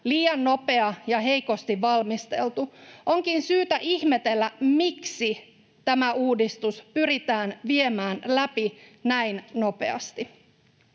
liian nopea ja heikosti valmisteltu. Onkin syytä ihmetellä, miksi tämä uudistus pyritään viemään läpi näin nopeasti.